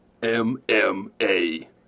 M-M-A